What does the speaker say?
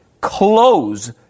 close